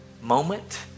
moment